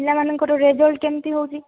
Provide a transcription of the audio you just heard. ପିଲା ମାନଙ୍କର ରେଜଲ୍ଟ କେମିତି ହେଉଛି